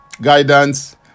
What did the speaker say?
guidance